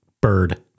bird